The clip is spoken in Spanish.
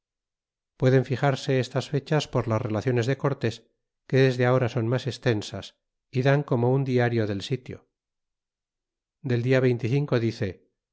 pueden fijarse estas fechas por las relaciones de cortés que desde ahora son mas estenaaay dan corno un diario del sitio del dia dice